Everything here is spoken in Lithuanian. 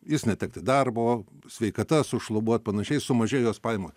jis netekti darbo sveikata sušlubuot panašiai sumažėjo jos pajamo